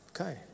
Okay